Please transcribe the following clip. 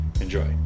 Enjoy